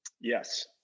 Yes